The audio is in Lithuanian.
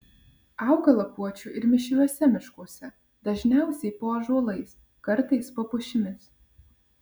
auga lapuočių ir mišriuose miškuose dažniausiai po ąžuolais kartais po pušimis